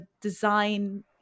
design